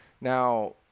Now